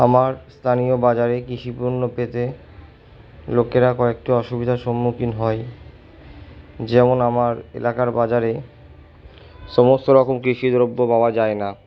আমার স্থানীয় বাজারে কৃষি পণ্য পেতে লোকেরা কয়েকটি অসুবিধার সম্মুখীন হয় যেমন আমার এলাকার বাজারে সমস্ত রকম কৃষি দ্রব্য পাওয়া যায় না